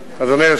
אדוני.